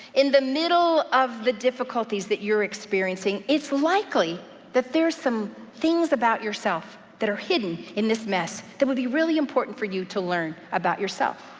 in the middle of the difficulties that you're experiencing, it's likely that there's some things about yourself that are hidden in this mess that would be really important for you to learn about yourself.